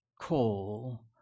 call